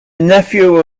nephew